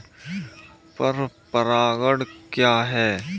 पर परागण क्या है?